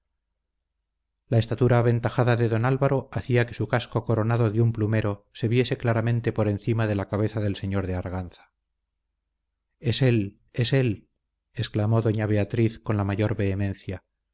la estatura aventajada de don álvaro hacía que su casco coronado de un plumero se viese claramente por encima de la cabeza del señor de arganza él es él es exclamó doña beatriz con la mayor vehemencia